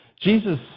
Jesus